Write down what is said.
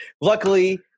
Luckily